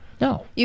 No